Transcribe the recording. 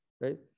right